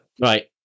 Right